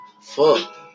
fuck